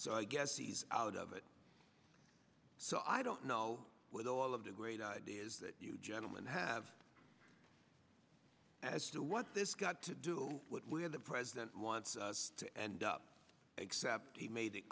so i guess he's out of it so i don't know with all of the great ideas that you gentlemen have as to what's this got to do what we have the president wants us to end up except he made it